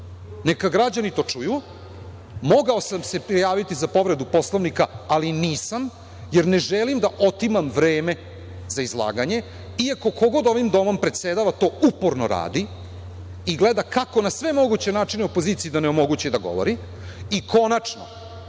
Neka građani to čuju. Mogao sam se prijaviti za povredu Poslovnika, ali nisam, jer ne želim da otimam vreme za izlaganje, iako ko god ovim domom predsedava to uporno radi i gleda kako na sve moguće načine opoziciji da onemogući da govori. I, konačno